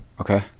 okay